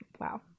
wow